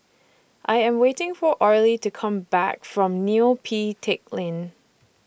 I Am waiting For Orley to Come Back from Neo Pee Teck Lane